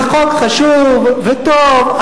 זה חוק חשוב וטוב,